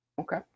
Okay